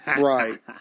right